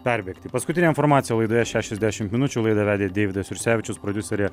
perbėgti paskutinė informacija laidoje šešiasdešim minučių laidą vedė deividas jursevičius prodiuserė